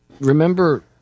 Remember